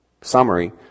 summary